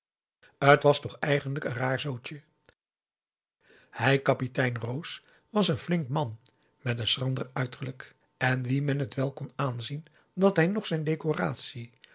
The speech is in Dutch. t was toch eigenlijk een raar zootje hij kapitein roos was n flink man met n schrander uiterlijk en wien men het wel kon aanzien dat hij noch zijn decoratie